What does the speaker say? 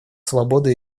свободы